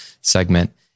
segment